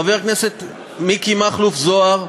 חבר הכנסת מכלוף מיקי זוהר,